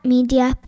Media